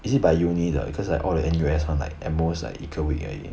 is it by uni 的 because like all the N_U_S one like at most like 一个 week 而已